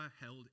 held